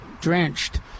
drenched